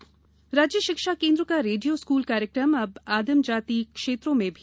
radio school राज्य शिक्षा केन्द्र का रेडियो स्कूल कार्यक्रम अब आदिम जाति क्षेत्रों में भी सुनाई देगा